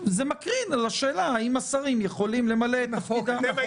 זה מקרין על השאלה האם השרים יכולים למלא את תפקידם.